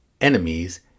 enemies